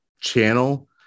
channel